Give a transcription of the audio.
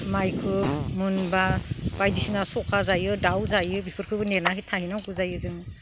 माइखो मोनब्ला बायदिसिना सखा जायो दाउ जायो बेफोरखोबो नेनानै थाहै नांगो जायो जों